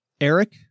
Eric